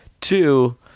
Two